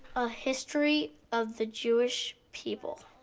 a history of the jewish people.